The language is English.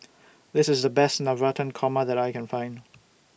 This IS The Best Navratan Korma that I Can Find